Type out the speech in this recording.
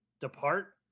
depart